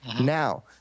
Now